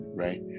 right